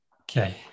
Okay